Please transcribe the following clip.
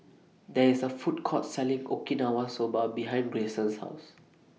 There IS A Food Court Selling Okinawa Soba behind Grayson's House